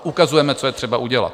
Ukazujeme, co je třeba udělat.